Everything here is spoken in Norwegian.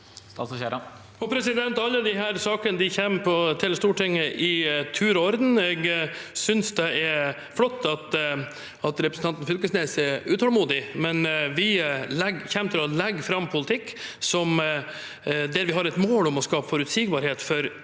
Alle de sakene kommer til Stortinget i tur og orden. Jeg synes det er flott at representanten Fylkesnes er utålmodig, men vi kommer til å legge fram politikk som har som mål å skape forutsigbarhet for